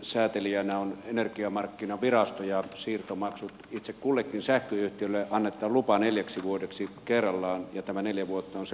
säätelijänä on energiamarkkinavirasto ja siirtomaksuissa itse kullekin sähköyhtiölle annetaan lupa neljäksi vuodeksi kerrallaan ja tämä neljä vuotta on se laskentaperiodi